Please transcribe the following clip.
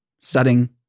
setting